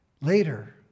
Later